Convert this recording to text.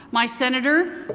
my senator,